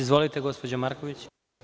Izvolite, gospođo Marković.